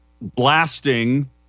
blasting